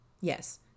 Yes